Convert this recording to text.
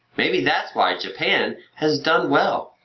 maybe that's why japan has done well.